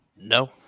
no